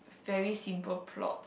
very simple plot